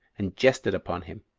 and jested upon him,